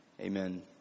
Amen